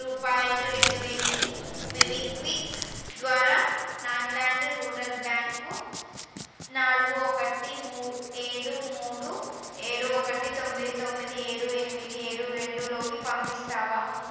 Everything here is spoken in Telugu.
రూపాయిలు రెండు వేలుని మోబిక్విక్ ద్వారా నాగల్యాండ్ రూరల్ బ్యాంక్ నాలుగు ఒకటి మూ ఏడు మూడు ఏడు ఒకటి తొమ్మిది తొమ్మిది ఏడు ఎనిమిది ఏడు రెండులోకి పంపిస్తావా